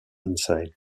inside